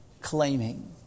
claiming